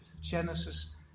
Genesis